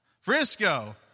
Frisco